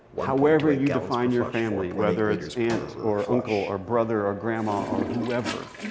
however you define your family, whether it's aunt or uncle or brother or grandma or whoever.